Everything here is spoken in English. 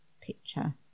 picture